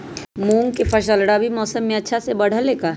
मूंग के फसल रबी मौसम में अच्छा से बढ़ ले का?